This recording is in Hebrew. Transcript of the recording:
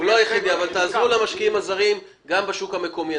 תעזרו למשקיעים הזרים גם בשוק המקומי.